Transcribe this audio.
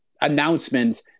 announcement